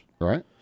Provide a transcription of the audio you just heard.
Right